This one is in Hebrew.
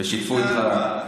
ושיתפו איתך.